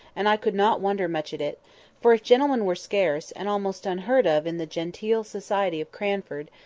and i could not wonder much at it for if gentlemen were scarce, and almost unheard of in the genteel society of cranford,